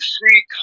free